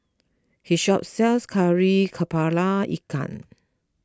he shop sells Kari Kepala Ikan